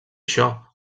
això